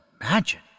imagine